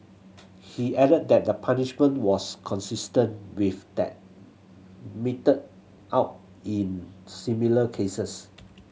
he added that the punishment was consistent with that meted out in similar cases